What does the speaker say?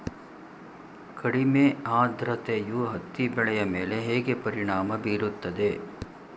ಕಡಿಮೆ ಆದ್ರತೆಯು ಹತ್ತಿ ಬೆಳೆಯ ಮೇಲೆ ಹೇಗೆ ಪರಿಣಾಮ ಬೀರುತ್ತದೆ?